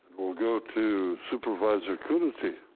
we'll go to supervisor coonerty.